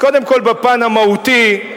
אז קודם בפן המהותי,